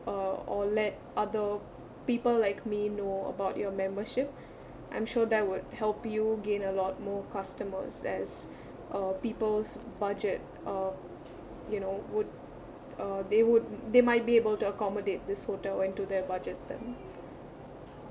uh or let other people like me know about your membership I'm sure that would help you gain a lot more customers as uh people's budget uh you know would uh they would they might be able to accommodate this hotel into their budget then